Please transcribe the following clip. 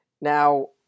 now